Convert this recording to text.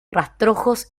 rastrojos